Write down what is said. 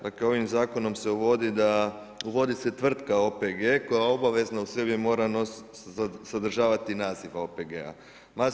Dakle, ovim zakonom se uvodi, uvodi se tvrtka OPG koja obavezno u sebi mora nositi, sadržavati naziv OPG-a.